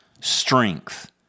strength